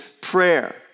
prayer